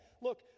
Look